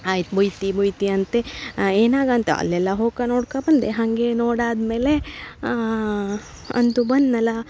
ಆಯ್ತು ಬೊಯ್ತಿ ಬೊಯ್ತಿ ಅಂತೆ ಏನಾಗಂತ್ ಅಲ್ಲೆಲ್ಲ ಹೋಕ ನೋಡ್ಕೋ ಬಂದೆ ಹಾಗೆ ನೋಡಿ ಆದಮೇಲೆ ಅಂತೂ ಬಂದೆನಲ್ಲ